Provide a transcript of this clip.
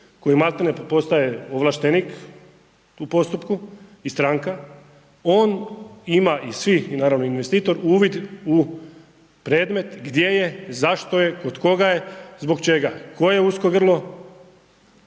koji maltene postaje ovlaštenik u postupku i stranku, on ima i svi, naravno i investitor uvid u predmet gdje je, zašto je, kod koga je, zbog čega, koje .../Govornik